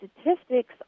statistics